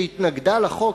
שהתנגדה לחוק,